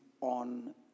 on